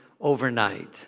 overnight